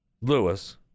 Lewis